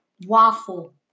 Waffle